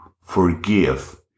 forgive